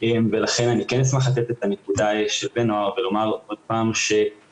ולכן אני כן אשמח לתת את הנקודה של בני נוער ולומר עוד פעם שגם